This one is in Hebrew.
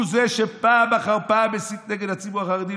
הוא זה שפעם אחר פעם הסית את נגד הציבור החרדי.